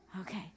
okay